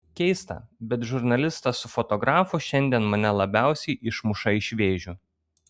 keista bet žurnalistas su fotografu šiandien mane labiausiai išmuša iš vėžių